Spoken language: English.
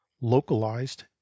localized